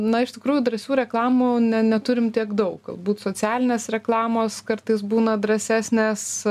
na iš tikrųjų drąsių reklamų ne neturim tiek daug galbūt socialinės reklamos kartais būna drąsesnės